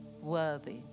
worthy